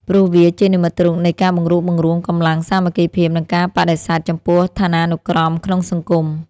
ព្រោះវាជានិមិត្តរូបនៃការបង្រួបបង្រួមកម្លាំងសាមគ្គីភាព និងការបដិសេធចំពោះឋានានុក្រមក្នុងសង្គម។